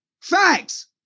Facts